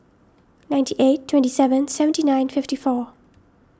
ninety eight twenty seven seventy nine fifty four